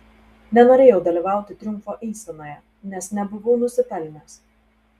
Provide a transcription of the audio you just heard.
nenorėjau dalyvauti triumfo eisenoje nes nebuvau nusipelnęs